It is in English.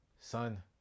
son